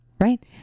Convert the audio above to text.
Right